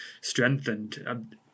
strengthened